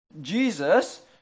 Jesus